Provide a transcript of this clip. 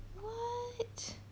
what